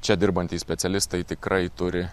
čia dirbantys specialistai tikrai turi